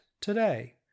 today